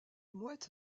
mouettes